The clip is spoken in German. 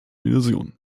illusion